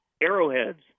arrowheads